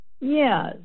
Yes